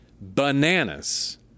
bananas